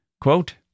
Quote